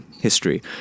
history